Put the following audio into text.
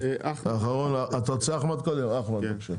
אחמד, בבקשה.